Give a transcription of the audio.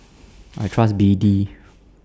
I Trust B D